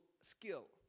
skill